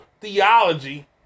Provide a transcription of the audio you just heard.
theology